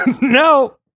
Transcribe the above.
No